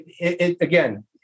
again